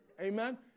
Amen